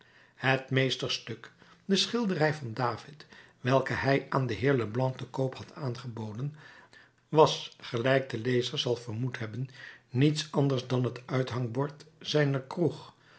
het meesterstuk de schilderij van david welke hij aan den heer leblanc te koop had aangeboden was gelijk de lezer zal vermoed hebben niets anders dan het uithangbord zijner